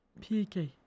PK